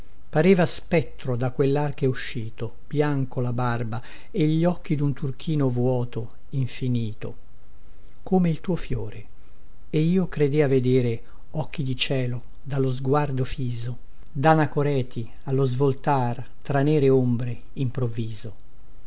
pareva spettro da quellarche uscito bianco la barba e gli occhi dun turchino vuoto infinito come il tuo fiore e io credea vedere occhi di cielo dallo sguardo fiso più danacoreti allo svoltar tra nere ombre improvviso